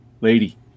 lady